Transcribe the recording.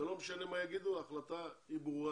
זה לא משנה מה יגידו, ההחלטה כבר ברורה.